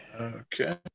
Okay